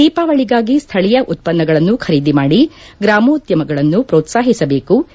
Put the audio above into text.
ದೀಪಾವಳಿಗಾಗಿ ಸ್ಥಳೀಯ ಉತ್ಪನ್ನಗಳನ್ನು ಖರೀದಿ ಮಾಡಿ ಗ್ರಾಮೋದ್ಯಮಗಳನ್ನು ಪ್ರೋತ್ಸಾಹಿಸಬೇಕು ಎಂದರು